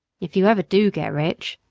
if you ever do get rich,